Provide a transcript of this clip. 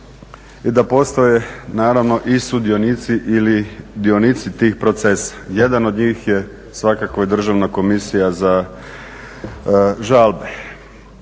i da postoje naravno i sudionici ili dionici tih procesa. Jedan od njih je svakako i Državna komisija za žalbe.